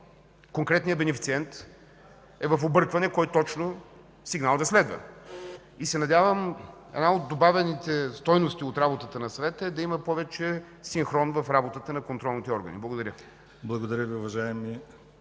конкретният бенефициент е в объркване кой точно сигнал да следва. Надявам се една от добавените стойности от работата на Съвета е да има повече синхрон в работата на контролните органи. Благодаря.